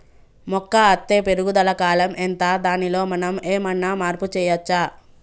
మొక్క అత్తే పెరుగుదల కాలం ఎంత దానిలో మనం ఏమన్నా మార్పు చేయచ్చా?